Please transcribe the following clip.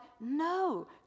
No